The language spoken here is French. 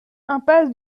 impasse